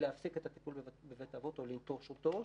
להפסיק את הטיפול בבית האבות או לנטוש אותו,